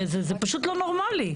זה פשוט לא נורמלי.